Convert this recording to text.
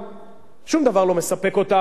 הם תמיד ירצו עוד.